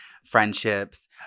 Friendships